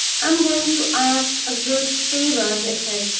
am going to ask a great favor, he said.